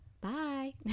Bye